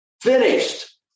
finished